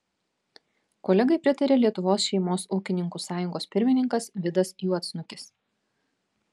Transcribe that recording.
kolegai pritarė lietuvos šeimos ūkininkų sąjungos pirmininkas vidas juodsnukis